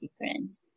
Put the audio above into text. different